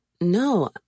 No